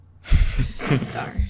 Sorry